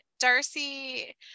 Darcy